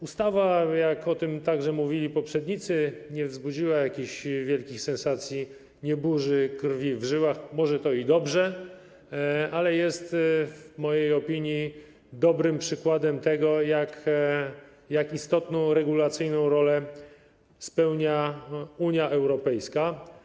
Ustawa, jak o tym także mówili poprzednicy, nie wzbudziła jakichś wielkich sensacji, nie burzy krwi w żyłach, może to i dobrze, ale jest w mojej opinii dobrym przykładem tego, jak istotną regulacyjną rolę spełnia Unia Europejska.